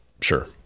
Sure